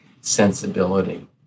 sensibility